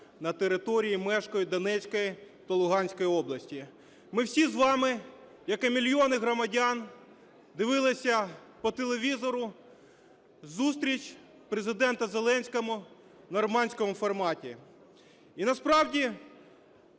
на території, мешкають, Донецької та Луганської області! Ми всі з вами, як і мільйони громадян, дивилися по телевізору зустріч Президента Зеленського в "нормандському форматі". І насправді